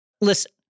Listen